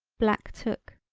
black took.